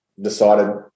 decided